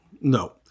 No